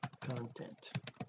content